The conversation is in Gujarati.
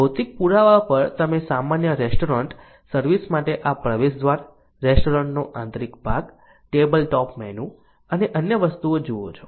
ભૌતિક પુરાવા પર તમે સામાન્ય રેસ્ટોરન્ટ સર્વિસ માટે આ પ્રવેશ દ્વાર રેસ્ટોરન્ટનું આંતરિક ભાગ ટેબલ ટોપ મેનૂ અને અન્ય વસ્તુઓ જુઓ છો